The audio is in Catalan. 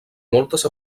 moltes